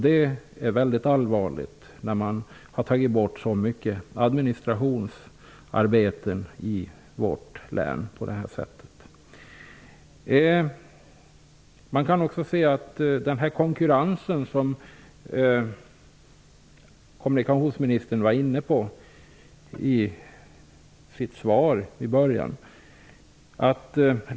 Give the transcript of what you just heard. Det är väldigt allvarligt när så många administrativa arbeten försvinner från vårt län. Kommunikationsministern nämnde konkurrens i sitt svar.